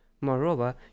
Moreover